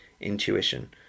intuition